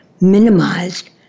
minimized